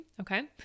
Okay